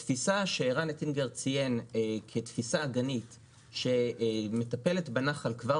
התפיסה שציין ערן אטינגר כתפיסה אגנית שמטפלת בנחל כבר